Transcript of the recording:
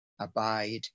abide